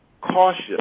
cautious